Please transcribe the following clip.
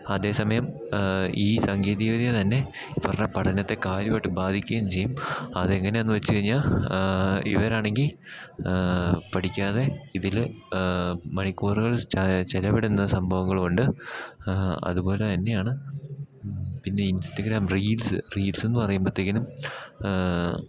അതേ സമയം ഈ സാങ്കേതികവിദ്യ തന്നെ പറഞ്ഞ പഠനത്തെ കാര്യമായിട്ട് ബാധിക്കുകയും ചെയ്യും അത് എങ്ങനെയാണെന്ന് വച്ചു കഴിഞ്ഞാൽ ഇവരാണെങ്കിൽ പഠിക്കാതെ ഇതിൽ മണിക്കൂറുകൾ ചിലവിടുന്ന സംഭവങ്ങളുണ്ട് അതുപോലെ തന്നെയാണ് പിന്നെ ഇൻസ്റ്റഗ്രാം റീൽസ് റീൽസെന്ന് പറയുമ്പോഴത്തേക്കും